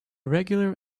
regular